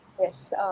Yes